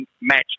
match